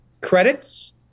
credits